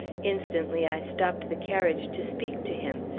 instantly i stopped the carriage to speak to him.